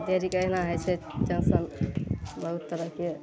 ढेरिक एहिना होइ छै टेन्शन बहुत तरहके